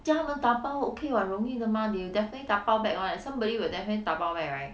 叫他们打包 okay [what] 容易的 mah they will definitely 打包 back [one] somebody will definitely 打包 back right